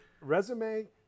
resume